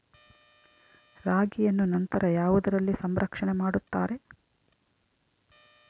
ರಾಗಿಯನ್ನು ನಂತರ ಯಾವುದರಲ್ಲಿ ಸಂರಕ್ಷಣೆ ಮಾಡುತ್ತಾರೆ?